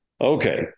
Okay